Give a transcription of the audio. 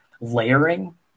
layering